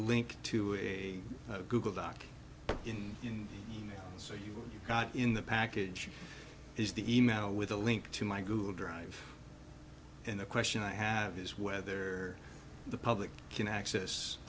link to a google doc in in so you got in the package is the e mail with a link to my google drive and the question i have is whether the public can access